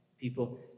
people